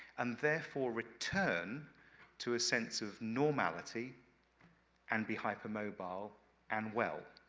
and therefore return to a sense of normality and be hypermobile and well.